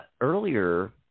earlier